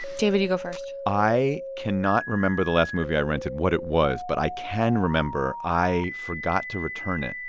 david, you go first i cannot remember the last movie i rented, what it was. but i can remember i forgot to return it.